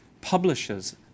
publishers